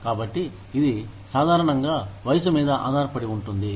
కాబట్టి ఇదిసాధారణంగా వయసు మీద ఆధారపడి ఉంటుంది